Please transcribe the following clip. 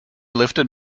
lifted